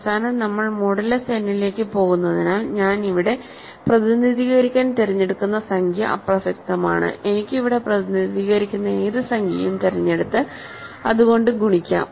അവസാനം നമ്മൾ modulus n ലേക്ക് പോകുന്നതിനാൽ ഞാൻ ഇവിടെ പ്രതിനിധീകരിക്കാൻ തിരഞ്ഞെടുക്കുന്ന സംഖ്യ അപ്രസക്തമാണ് എനിക്ക് ഇവിടെ പ്രതിനിധീകരിക്കുന്ന ഏത് സംഖ്യയും തിരഞ്ഞെടുത്ത് അത് കൊണ്ട് ഗുണിക്കാം